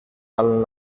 amb